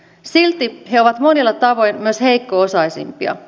silti he ovat monilla tavoin myös heikko osaisimpia